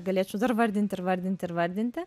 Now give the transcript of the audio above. galėčiau dar vardinti ir vardinti ir vardinti